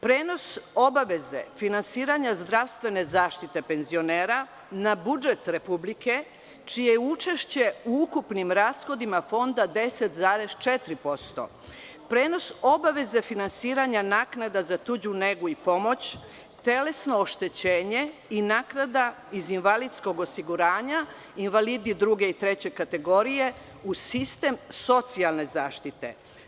Prenos obaveze finansiranja zdravstvene zaštite penzionera na budžet Republike, čije je učešće u ukupnim rashodima Fonda 10,4%, prenos obaveze finansiranja naknada za tuđu negu i pomoć, telesno oštećenje i naknada iz invalidskog osiguranja, invalidi druge i treće kategorije, u sistem socijalne zaštite.